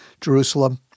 Jerusalem